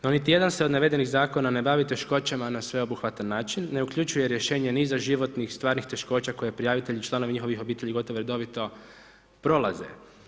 No, niti jedan se od navedenih zakona ne bavi teškoćama na sveobuhvatan način, ne uključuje rješenje niza životnih stvarnih teškoća koje prijavitelji i članovi njihovih obitelji gotovo redovito prolaze.